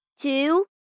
two